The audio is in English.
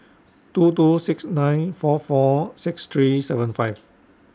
two two six nine four four six three seven five